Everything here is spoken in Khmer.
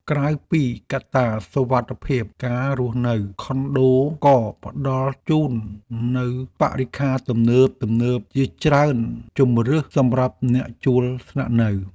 ក្រៅពីកត្តាសុវត្ថិភាព ការរស់នៅខុនដូក៏ផ្តល់ជូននូវបរិក្ខារទំនើបៗជាច្រើនជម្រើសសម្រាប់អ្នកជួលស្នាក់នៅ។